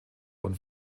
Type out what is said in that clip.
und